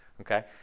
Okay